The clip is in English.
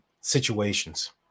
situations